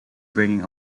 bringing